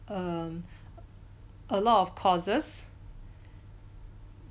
um a lot of courses